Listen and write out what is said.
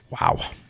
Wow